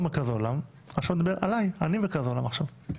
לא נפעל על פי החליל שלך,